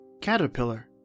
caterpillar